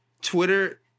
Twitter